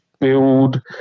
build